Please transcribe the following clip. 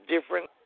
different